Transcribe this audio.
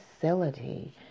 facility